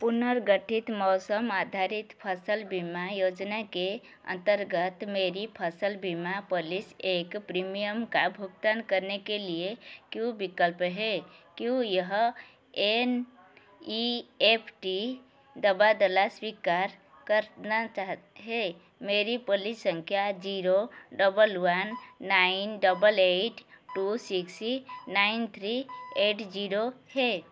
पुनर्गठित मौसम आधारित फसल बीमा योजना के अंतर्गत मेरी फसल बीमा पॉलिस एक प्रीमियम का भुगतान करने के लिए क्या विकल्प हैं क्या यह एन ई एफ टी तबादला स्वीकार करना चाह है मेरी पॉलिस संख्या zero double one nine double eight two six nine three eight zero है